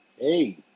Hey